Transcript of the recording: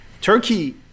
Turkey